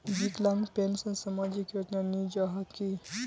विकलांग पेंशन सामाजिक योजना नी जाहा की?